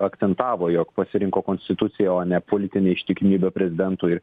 akcentavo jog pasirinko konstituciją o ne politinę ištikimybę prezidentui ir